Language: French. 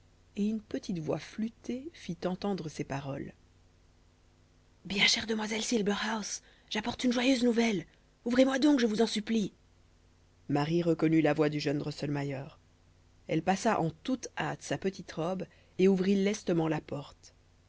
et une petite voix flûtée fit entendre ces paroles bien chère demoiselle silberhaus j'apporte une joyeuse nouvelle ouvrez-moi donc je vous en supplie marie reconnut la voix du jeune drosselmayer elle passa en toute hâte sa petite robe et ouvrit lestement la porte